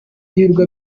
ibirwa